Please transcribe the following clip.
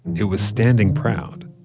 it was standing proud.